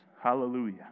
Hallelujah